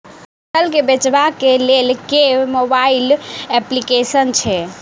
फसल केँ बेचबाक केँ लेल केँ मोबाइल अप्लिकेशन छैय?